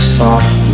soft